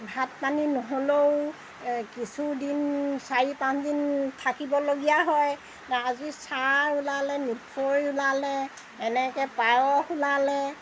ভাত পানী নহ'লেও কিছুদিন চাৰি পাঁচদিন থাকিবলগীয়া হয় আজি চাহ ওলালে মিঠৈ ওলালে এনেকৈ পায়স ওলালে